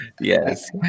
Yes